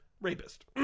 rapist